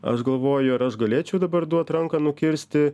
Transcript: aš galvoju ar aš galėčiau dabar duot ranką nukirsti